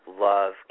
love